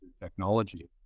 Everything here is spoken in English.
technology